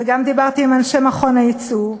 וגם דיברתי עם אנשי מכון היצוא,